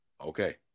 Okay